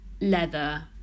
leather